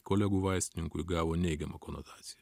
kolegų vaistininkų gavo neigiamą konotaciją